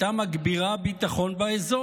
הייתה מגבירה הביטחון באזור,